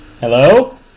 Hello